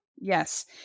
yes